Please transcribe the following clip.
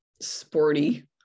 sporty